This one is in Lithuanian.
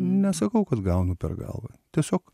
nesakau kad gaunu per galvą tiesiog